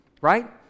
Right